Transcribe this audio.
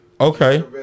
Okay